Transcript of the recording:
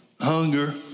hunger